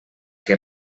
què